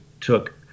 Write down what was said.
took